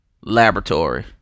laboratory